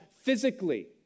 Physically